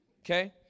okay